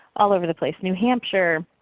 all over the place, new hampshire.